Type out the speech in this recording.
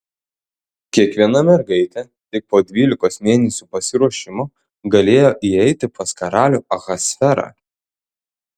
kiekviena mergaitė tik po dvylikos mėnesių pasiruošimo galėjo įeiti pas karalių ahasverą